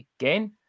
again